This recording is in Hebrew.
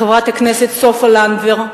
חברת הכנסת סופה לנדבר,